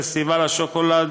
פסטיבל השוקולד,